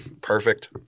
perfect